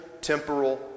temporal